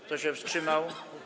Kto się wstrzymał?